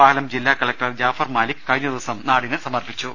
പാലം ജില്ലാ കളക്ടർ ജാഫർ മാലിക് കഴിഞ്ഞദിവസം നാടിന് സമർപ്പിച്ചു